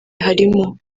harimo